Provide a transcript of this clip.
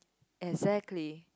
exactly